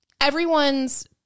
everyone's